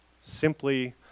simply